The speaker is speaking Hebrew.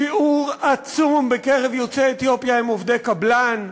שיעור עצום בקרב יוצאי אתיופיה הם עובדי קבלן.